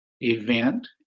event